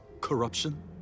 corruption